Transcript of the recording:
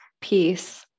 peace